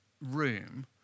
room